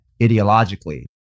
ideologically